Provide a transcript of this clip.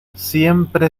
siempre